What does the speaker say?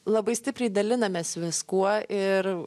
labai stipriai dalinamės viskuo ir